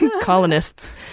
Colonists